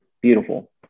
beautiful